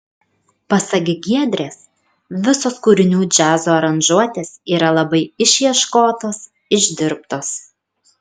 pasak giedrės visos kūrinių džiazo aranžuotės yra labai išieškotos išdirbtos